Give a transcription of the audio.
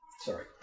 Sorry